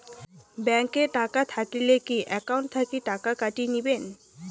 Bank এ টাকা থাকিলে কি একাউন্ট থাকি টাকা কাটি নিবেন?